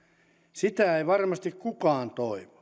sitä ei varmasti kukaan toivo